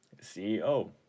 CEO